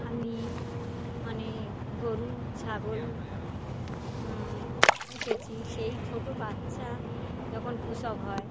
আমি মানে গরু ছাগল পুষেছি সেই ছোটো বাচ্চা যখন প্রসব হয়